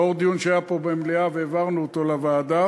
לאור דיון שהיה פה במליאה והעברנו אותו לוועדה,